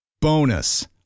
Bonus